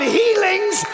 healings